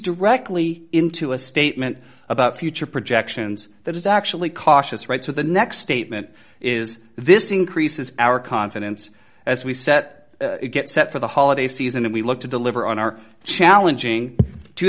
directly into a statement about future projections that is actually cautious right so the next statement is this increases our confidence as we set it get set for the holiday season and we look to deliver on our challenging two